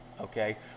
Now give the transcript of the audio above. okay